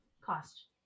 cost